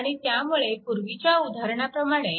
आणि त्यामुळे पूर्वीच्या उदाहरणाप्रमाणे